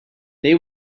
they